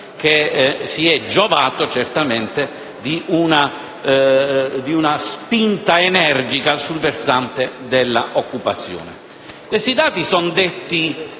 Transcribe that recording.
che si è giovato certamente di una spinta energica sul versante dell'occupazione. Questi dati sono detti